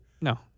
No